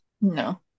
No